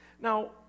Now